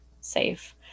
safe